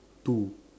two